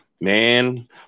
man